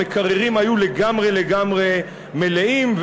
המקררים היו לגמרי לגמרי מלאים,